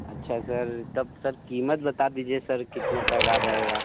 अच्छा सर तब सर कीमत बता दीजिए सर कितने तक आ जाएगा